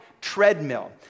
treadmill